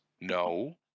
No